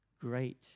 Great